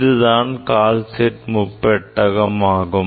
இதுதான் கால்சைட் முப்பெட்டகம் ஆகும்